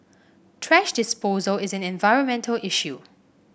thrash disposal is an environmental issue